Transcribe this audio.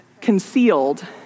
concealed